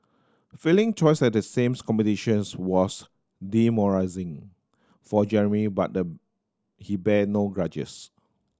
failing choice at the sames competitions was for Jeremy but the he bear no grudges